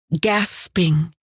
gasping